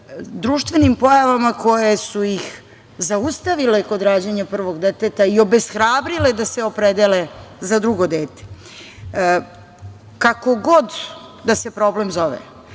društvenim pojavama koje su ih zaustavile kod rađanja prvog deteta i obeshrabrile da se opredele za drugo dete. Kako god da se problem zove,